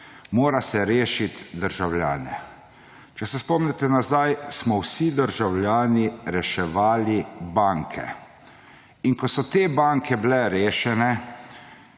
Mora se rešiti državljane. Če se spomnite nazaj, smo vsi državljani reševali banke in ko so te banke bile rešene,